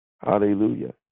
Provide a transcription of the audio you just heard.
Hallelujah